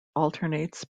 alternates